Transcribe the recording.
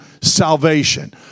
salvation